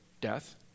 death